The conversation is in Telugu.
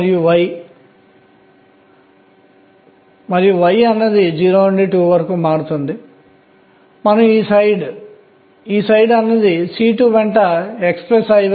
మరియు 2 p తర్వాత మీరు 3s 3p లను నింపండి ఆ తర్వాత 3p ని పూరించండి మీరు 3d కి వెళ్లలేరు